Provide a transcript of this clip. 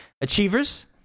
Achievers